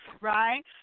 right